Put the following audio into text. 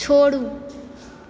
छोड़ू